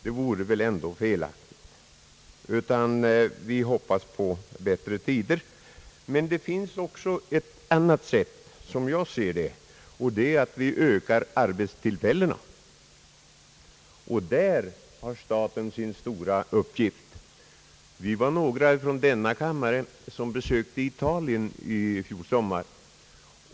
Det vore väl ändå felaktigt. Vi hoppas på bättre tider. Men det finns också ett annat sätt, och det är att öka arbetstillfällena. Därvidlag har staten sin stora uppgift. Vi var några ledamöter från denna kammare som besökte Italien i fjol sommar.